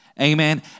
Amen